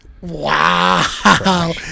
Wow